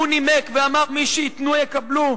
והוא נימק ואמר: מי שייתנו, יקבלו.